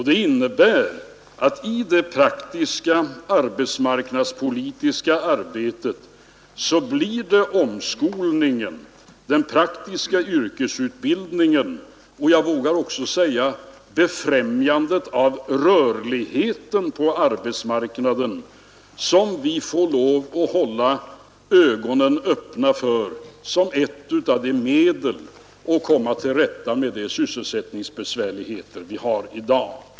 Detta innebär att omskolningen, den praktiska yrkesutbildningen och jag vågar också säga befrämjandet av rörligheten på arbetsmarknaden blir sådan som vi i den praktiska arbetsmarknadspolitiska verksamheten får lov att hålla ögonen öppna för som ett av medlen att komma till rätta med de sysselsättningsbesvärligheter vi har i dag.